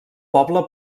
poble